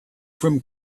from